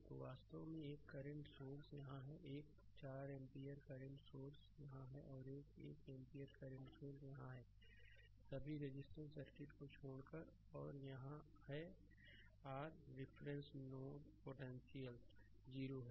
तो यह वास्तव में एक करंट सोर्स यहां है एक 4 एम्पीयर करंट सोर्स यहां है एक और 1एम्पीयर करंट सोर्स यहां है और सभी रजिस्टेंस सर्किट को छोड़ करऔर यह है r रिफरेंस नोड पोटेंशियल 0 है